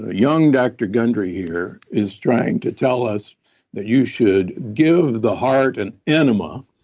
ah young dr gundry here is trying to tell us that you should give the heart an enema